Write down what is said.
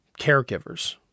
caregivers